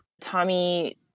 Tommy